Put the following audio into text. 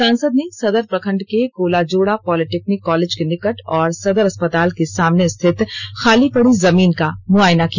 सांसद ने सदर प्रखंड के कोलाजोड़ा पॉलिटेक्निक कॉलेज के निकट और सदर अस्पताल के सामने स्थित खाली पड़ी जमीन का मुआयना किया